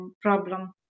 problem